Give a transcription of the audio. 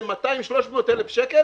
זה 300,000-200,000 שקל,